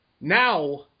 Now